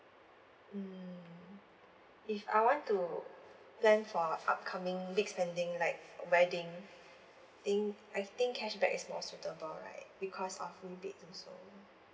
mm if I want to plan for upcoming big spending like wedding think I think cashback is more suitable right because of rebates also